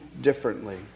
differently